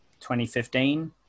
2015